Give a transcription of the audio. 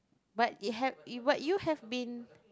but it have it but you have been